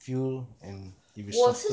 feel and if it's softer